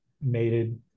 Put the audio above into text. mated